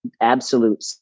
absolute